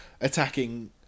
attacking